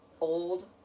old